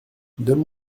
donne